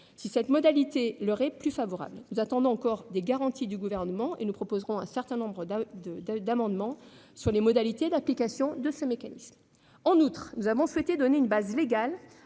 si cette modalité leur est plus favorable. Nous attendons encore des garanties du Gouvernement. Nous proposerons un certain nombre d'amendements sur les modalités d'application du mécanisme. En outre, nous avons souhaité donner une base légale